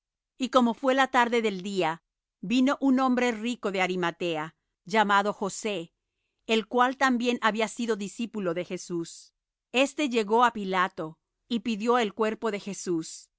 y como fué la tarde del día vino un hombre rico de arimatea llamado josé el cual también había sido discípulo de jesús este llegó á pilato y pidió el cuerpo de jesús entonces